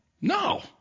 No